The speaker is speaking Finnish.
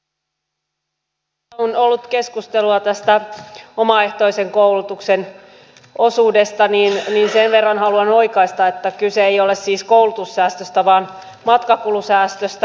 tässä on ollut keskustelua tästä omaehtoisen koulutuksen osuudesta niin sen verran haluan oikaista että kyse ei ole siis koulutussäästöstä vaan matkakulusäästöstä